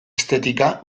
estetika